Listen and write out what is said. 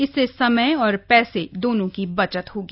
इससे समय और पैसे दोनों की बचत होगी